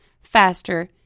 faster